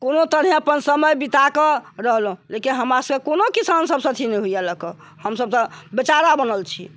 कोनो तरह अपन समय बिताकऽ रहलहुॅं लेकिन हमरा सभके कोनो किसान सभसँ अथि नहि होइया लऽ कऽ हम सभ तऽ बेचारा बनल छी